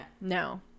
no